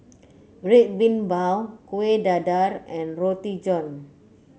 Red Bean Bao Kueh Dadar and Roti John